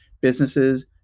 businesses